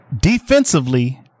defensively